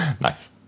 Nice